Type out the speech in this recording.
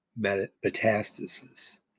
metastasis